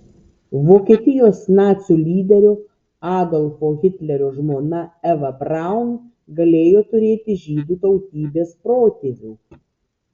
vokietijos nacių lyderio adolfo hitlerio žmona eva braun galėjo turėti žydų tautybės protėvių